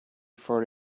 for